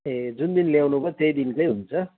ए जुन दिन ल्याउनु भयो त्यही दिनकै हुन्छ